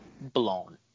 blown